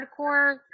hardcore